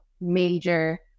major